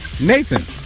Nathan